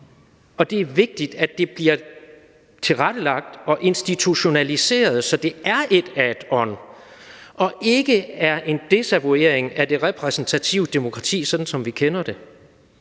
og det er vigtigt, at det bliver tilrettelagt og institutionaliseret, så det er et addon og ikke en desavouering af det repræsentative demokrati, sådan som vi kender det.